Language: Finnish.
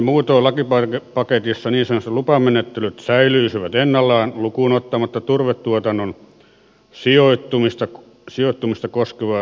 pääsääntöisesti muutoin lakipaketissa niin sanotut lupamenettelyt säilyisivät ennallaan lukuun ottamatta turvetuotannon sijoittumista koskevaa säännöstä